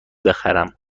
بخرم